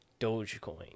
Dogecoin